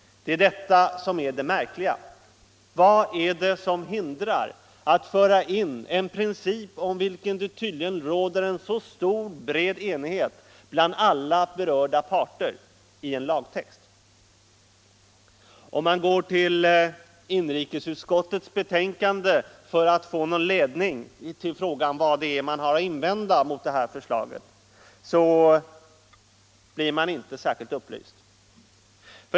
Det är detta som är det märkliga. Vad är det som hindrar att föra in en princip, om vilken det tydligen råder så stor och bred enighet bland alla berörda parter, i en lagtext? Om vi går till inrikesutskottets betänkande för att få besked om vad man har att invända mot detta förslag, så blir vi inte särskilt upplysta.